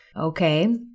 okay